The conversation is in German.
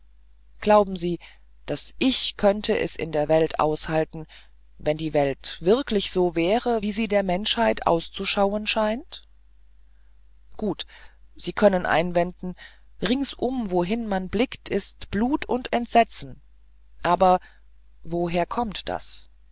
glauben sie das ich könnte es in der welt aushalten wenn die welt wirklich so wäre wie sie der menschheit auszuschauen scheint gut sie können einwenden ringsum wohin man blickt ist blut und entsetzen aber woher kommt das